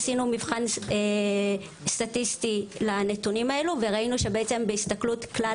עשינו מבחן סטטיסטי לנתונים האלו וראינו שבהסתכלות כלל